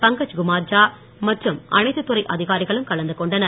பங்கச் குமார் ஜா மற்றும் அனைத்து துறை அதிகாரிகளும் கலந்து கொண்டனர்